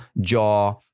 jaw